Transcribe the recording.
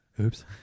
Oops